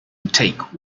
take